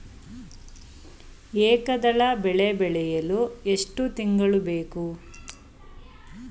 ಏಕದಳ ಬೆಳೆ ಬೆಳೆಯಲು ಎಷ್ಟು ತಿಂಗಳು ಬೇಕು?